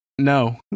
no